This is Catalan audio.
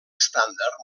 estàndard